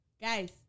Guys